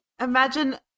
imagine